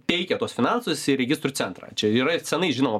teikia tuos finansus į registrų centrą čia yra ir senai žinoma